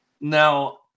Now